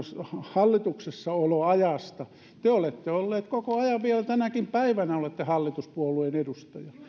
hallituksessaoloajasta te olette ollut koko ajan vielä tänäkin päivänä olette hallituspuolueen edustaja